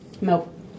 nope